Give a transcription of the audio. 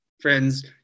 friends